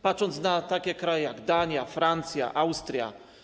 Patrzymy na takie kraje jak Dania, Francja, Austria.